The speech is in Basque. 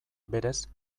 berez